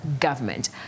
government